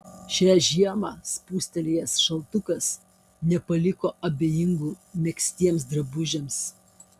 šią žiemą spustelėjęs šaltukas nepaliko abejingų megztiems drabužiams